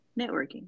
Networking